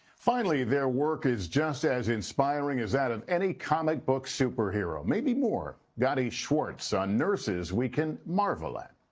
finally, their work is just as inspiring as that of any comic book superhero, maybe more. gadi schwartz on those nurses we can marvel at.